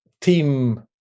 team